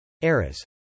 ERAS